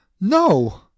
no